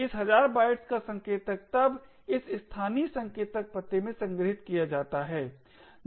इस हज़ार बाइट्स का संकेतक तब इस स्थानीय संकेतक पते में संग्रहीत किया जाता है